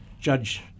Judge